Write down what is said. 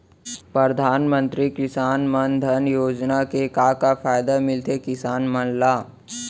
परधानमंतरी किसान मन धन योजना के का का फायदा मिलथे किसान मन ला?